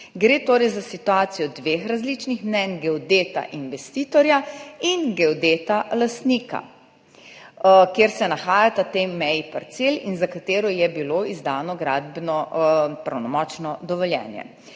Gre torej za situacijo dveh različnih mnenj, geodeta in investitorja ter geodeta in lastnika, kje se nahajata ti meji parcel in za katero je bilo izdano pravnomočno gradbeno dovoljenje.